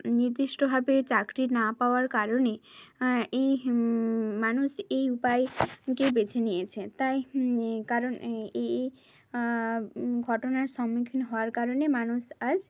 নির্দিষ্টভাবে চাকরি না পাওয়ার কারণে এই মানুষ এই উপায়টিকেই বেছে নিয়েছে তাই কারণ এই ঘটনার সম্মুখীন হওয়ার কারণে মানুষ আজ